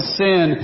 sin